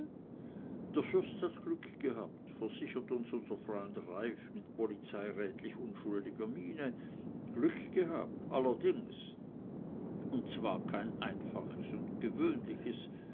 der fürst hat glück gehabt versichert uns unser freund reiff mit polizeirätlich unschuldiger miene glück gehabt allerdings und zwar kein einfaches und gewöhnliches